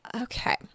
okay